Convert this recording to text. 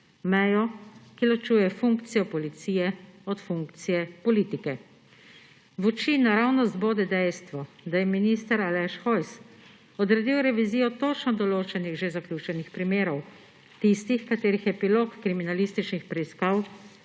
mejo, ki ločuje funkcijo policije od funkcije politike. V oči naravnost bode dejstvo, da je minister Aleš Hojs odredil revizijo točno določenih, že zaključenih primerov, tistih, katerih epilog kriminalističnih preiskav